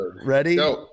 Ready